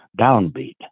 Downbeat